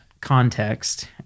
context